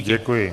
Děkuji.